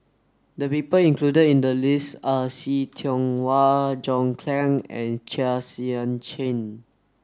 the people included in the list are See Tiong Wah John Clang and Chua Sian Chin